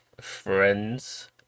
friends